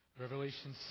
Revelation